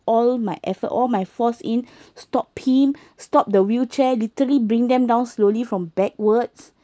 all my effort all my force in stop him stop the wheelchair literally bring them down slowly from backwards